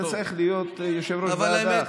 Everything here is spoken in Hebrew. אתה צריך להיות יושב-ראש ועדה,